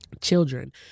children